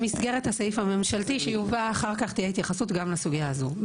במסגרת הסעיף הממשלתי שיובא אחר כך תהיה התייחסות גם לסוגיה הזאת,